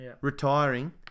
Retiring